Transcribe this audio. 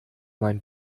mein